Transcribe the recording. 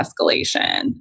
escalation